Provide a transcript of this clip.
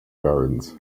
gardens